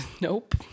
Nope